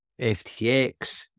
FTX